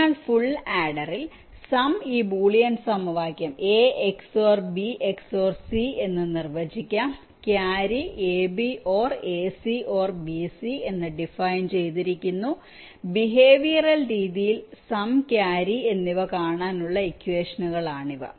അതിനാൽ ഫുൾ ആഡറിൽ സം ഈ ബൂളിയൻ സമവാക്യം അല്ലെങ്കിൽ A XOR B XOR C എന്ന് നിർവചിക്കാം carry AB OR AC OR BC എന്ന് ഡിഫൈൻ ചെയ്തിരിക്കുന്നു ബിഹേവിയറൽ രീതിയിൽ സം ക്യാരി എന്നിവ കാണാനുള്ള ഇക്വേഷനുകൾ ആണിവ